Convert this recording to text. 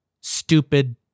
stupid